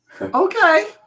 Okay